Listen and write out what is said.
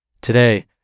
Today